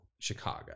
Chicago